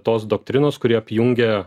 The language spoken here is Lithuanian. tos doktrinos kuri apjungė